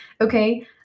Okay